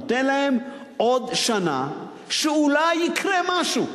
נותן להם עוד שנה שאולי יקרה משהו.